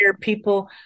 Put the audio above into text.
people